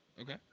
Okay